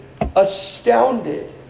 astounded